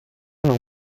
non